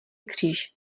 kříž